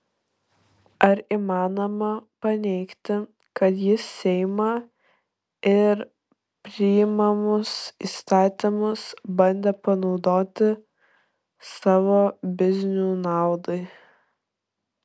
ar įmanoma paneigti kad jis seimą ir priimamus įstatymus bandė panaudoti savo biznių naudai